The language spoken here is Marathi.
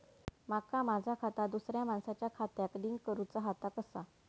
माका माझा खाता दुसऱ्या मानसाच्या खात्याक लिंक करूचा हा ता कसा?